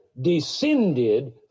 descended